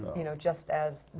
you know, just as,